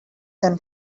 can